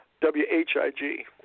W-H-I-G